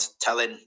telling